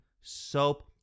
soap